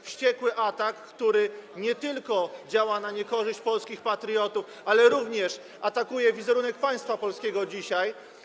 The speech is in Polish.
Wściekły atak, który nie tylko działa na niekorzyść polskich patriotów, ale również psuje wizerunek państwa polskiego dzisiaj.